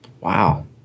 Wow